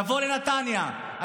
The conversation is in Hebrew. תבוא לנתניה,